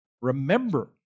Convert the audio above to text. Remember